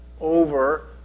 over